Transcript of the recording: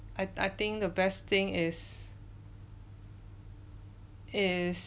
I I think the best thing is is